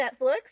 Netflix